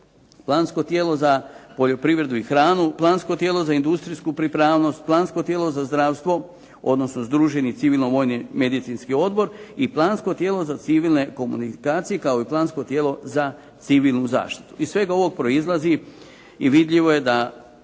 plansko tijelo za poljoprivredu i hranu, plansko tijelo za industrijsku pripravnost, plansko tijelo za zdravstvo, odnosno združeni civilno-vojni medicinski odbor i plansko tijelo za civilne komunikacije, kao i plansko tijelo za civilnu zaštitu. Iz svega ovoga proizlazi i vidljivo je da